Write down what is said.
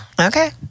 Okay